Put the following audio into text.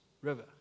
river